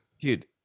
Dude